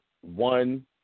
one